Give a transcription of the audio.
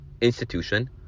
institution